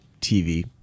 TV